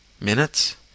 Minutes